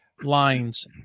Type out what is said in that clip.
lines